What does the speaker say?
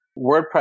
WordPress